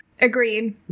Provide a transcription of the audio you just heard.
Agreed